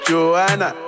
Joanna